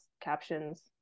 captions